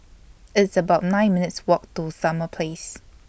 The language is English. It's about nine minutes' Walk to Summer Place